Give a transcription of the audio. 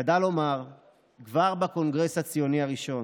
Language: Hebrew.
ידע לומר כבר בקונגרס הציוני הראשון: